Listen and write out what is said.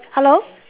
hello